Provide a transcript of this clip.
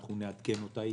אנחנו נעדכן אותה.